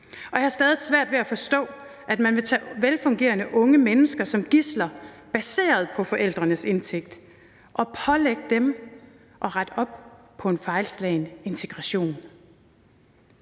Jeg har stadig svært ved at forstå, at man vil tage velfungerende unge mennesker som gidsler baseret på forældrenes indtægt og pålægge dem at rette op på en fejlslagen integration,